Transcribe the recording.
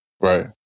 Right